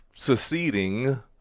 seceding